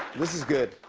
this is good.